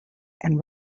and